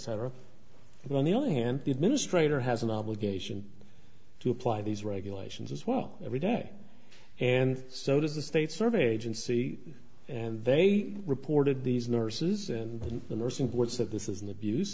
etc but on the other hand the administrator has an obligation to apply these regulations as well every day and so does the state survey agency and they reported these nurses and the nursing boards that this is an abuse